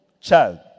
child